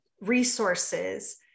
resources